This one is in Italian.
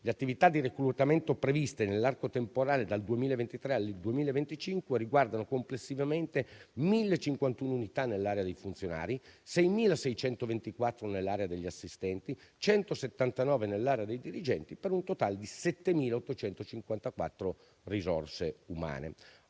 Le attività di reclutamento previste nell'arco temporale dal 2023 al 2025 riguardano complessivamente 1.051 unità nell'area dei funzionari, 6.624 nell'area degli assistenti, 179 nell'area dei dirigenti, per un totale di 7.854 risorse umane.